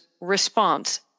response